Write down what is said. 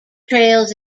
trails